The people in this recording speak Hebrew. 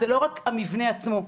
זה לא רק המבנה עצמו,